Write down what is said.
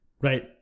right